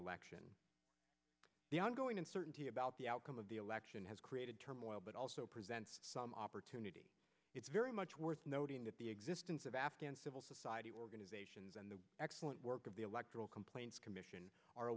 election the ongoing uncertainty about the outcome of the election has created turmoil but also presents some opportunity it's very much worth noting that the existence of afghan civil society organizations and the excellent work of the electoral complaints commission are a